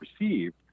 received